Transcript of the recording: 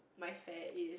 my fare is